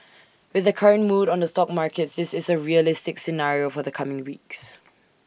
with the current mood on the stock markets this is A realistic scenario for the coming weeks